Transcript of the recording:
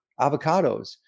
avocados